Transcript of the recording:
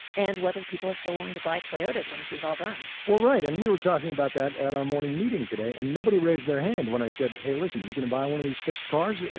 and whether people are still willing to buy toyotas when this is all done. well, right, and we were talking about that at our morning meeting today. and nobody raised their hand when i said, hey, listen, are you going to buy one of these fixed cars?